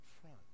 front